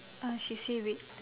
ah she say wait